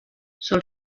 sol